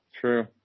true